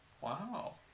Wow